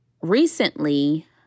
recently